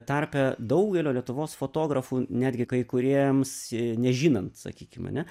tarpe daugelio lietuvos fotografų netgi kai kuriems nežinant sakykim ane